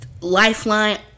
lifeline